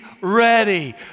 ready